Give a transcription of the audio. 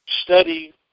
study